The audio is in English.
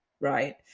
right